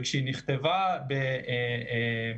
וכשהיא נכתבה בראשיתה,